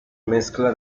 mezcla